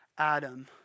Adam